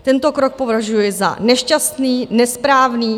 Tento krok považuji za nešťastný, nesprávný.